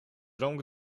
rąk